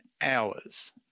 hours